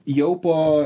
jau po